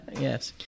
Yes